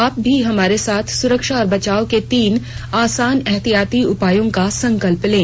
आप भी हमारे साथ सुरक्षा और बचाव के तीन आसान एहतियाती उपायों का संकल्प लें